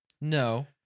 No